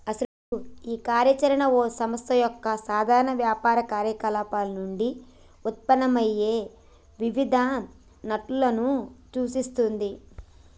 అసలు ఈ కార్య చరణ ఓ సంస్థ యొక్క సాధారణ వ్యాపార కార్యకలాపాలు నుండి ఉత్పన్నమయ్యే వివిధ నట్టులను సూచిస్తుంది